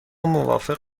موافق